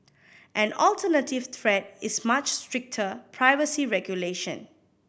an alternative threat is much stricter privacy regulation